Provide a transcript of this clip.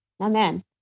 Amen